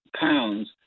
pounds